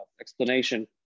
explanation